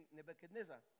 Nebuchadnezzar